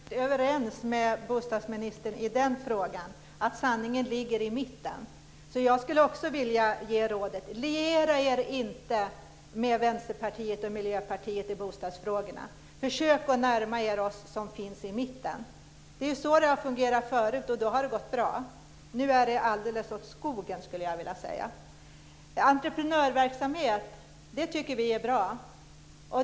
Fru talman! Jag är helt överens med bostadsministern i den frågan. Sanningen ligger i mitten. Jag skulle också vilja ge ett råd. Liera er inte med Vänsterpartiet och Miljöpartiet i bostadsfrågorna! Försök att närma er oss som finns i mitten! Det är så det har fungerat förut, och då har det gått bra. Nu är det alldeles åt skogen, skulle jag vilja säga. Vi tycker att entreprenörverksamhet är bra.